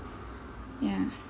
ya